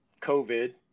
COVID